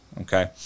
okay